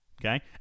Okay